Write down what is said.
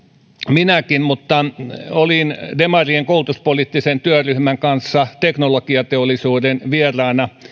minäkin olin demarien koulutuspoliittisen työryhmän kanssa teknologiateollisuuden vieraana